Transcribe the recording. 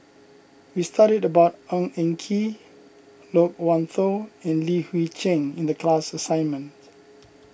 we studied about Ng Eng Kee Loke Wan Tho and Li Hui Cheng in the class assignment